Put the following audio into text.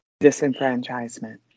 disenfranchisement